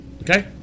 Okay